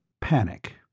PANIC